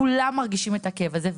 כולם מרגישים את הכאב הזה,